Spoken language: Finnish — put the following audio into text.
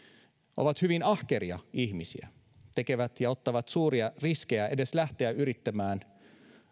ovat hyvin ahkeria ihmisiä ottavat suuria riskejä edes lähtiessään yrittämään